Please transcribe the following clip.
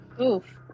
Oof